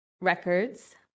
Records